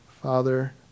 Father